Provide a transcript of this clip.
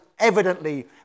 evidently